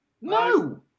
No